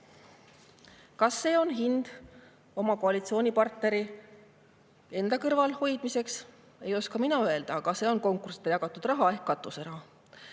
Kas see on hind oma koalitsioonipartneri enda kõrval hoidmiseks, ei oska mina öelda, aga see on konkursita jagatud raha ehk katuseraha.